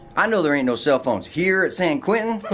i know there ain't no cell phones here at san quentin,